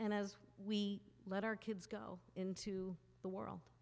and as we let our kids go into the world